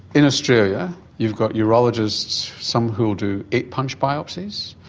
in australia you've got urologists, some who will do eight punch biopsies,